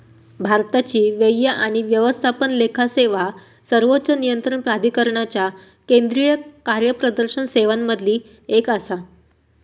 भारताची व्यय आणि व्यवस्थापन लेखा सेवा सर्वोच्च नियंत्रण प्राधिकरणाच्या केंद्रीय कार्यप्रदर्शन सेवांमधली एक आसा